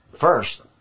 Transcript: first